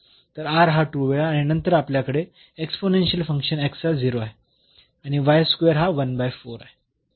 तर हा 2 वेळा आणि नंतर आपल्याकडे एक्स्पोनेन्शियल फंक्शन हा 0 आहे आणि हा आहे